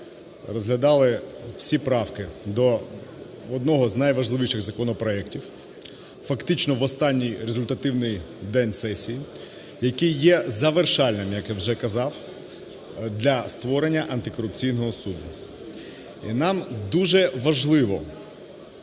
розглядали всі правки до одного з найважливіших законопроектів фактично в останній результативний день сесії, який є завершальним, як я вже казав, для створення антикорупційного суду. І нам дуже важливо,